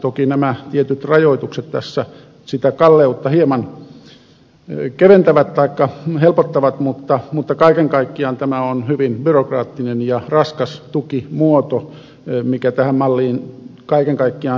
toki nämä tietyt rajoitukset tässä sitä kalleutta hieman keventävät taikka helpottavat mutta kaiken kaikkiaan tämä on hyvin byrokraattinen ja raskas tukimuoto joka tähän malliin kaiken kaikkiaan sisältyy